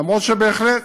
למרות שבהחלט,